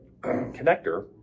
connector